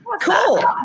Cool